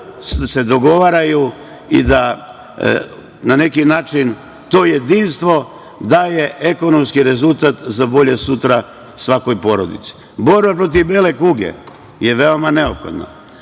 se dogovaraju i da na neki način to jedinstvo daje ekonomski rezultat za bolje sutra svakoj porodici. Borba protiv bele kuge je veoma neophodna.